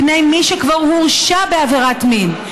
מפני מי שכבר הורשע בעבירת מין,